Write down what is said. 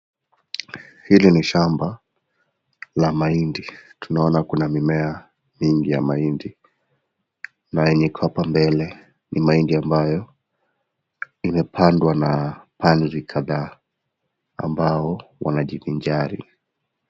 Hili ni shamba ya mahindi, tunaona kuna mimea mingi ya mahindi na yenye iko hapa mbele ni mahindi ambayo imepandwa na panzi kadhaa ambao wanajivinjari.